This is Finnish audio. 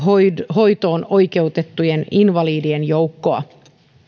hoitoon oikeutettujen invalidien joukkoa